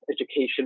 Education